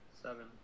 Seven